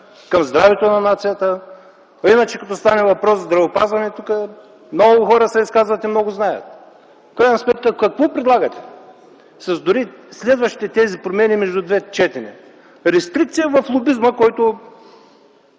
към здравето на нацията. Но иначе, като стане въпрос за здравеопазване тук много хора се изказват и много знаят. В крайна сметка какво предлагате със следващите промени между двете четения? Рестрикция в лобизма, който